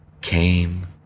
came